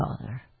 Father